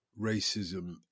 racism